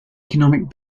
economic